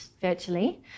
virtually